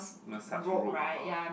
massage robe ah